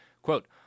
Quote